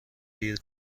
دیر